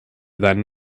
than